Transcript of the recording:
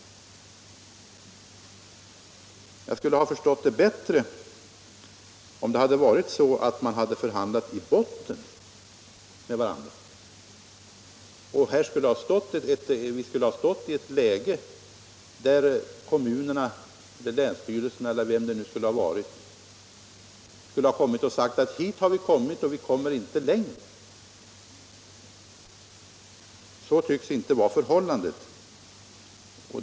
Jag skulle ha förstått det bättre om det hade varit så att man förhandlat i botten med varandra och vi skulle ha befunnit oss i ett läge där kommunerna, länsstyrelserna eller vem det kunde ha varit skulle ha sagt: ”Hit har vi kommit men vi kommer inte längre.” Så tycks inte vara förhållandet.